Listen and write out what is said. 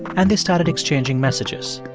and they started exchanging messages.